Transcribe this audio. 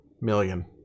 million